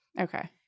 Okay